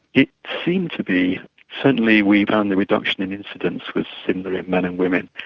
it seemed to be certainly we found the reduction in incidence was similar in men and women.